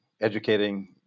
educating